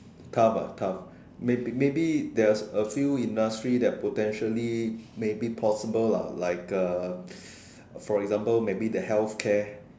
tough ah tough maybe maybe there's a few industry that potentially maybe possible lah like uh for example maybe the healthcare